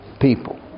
people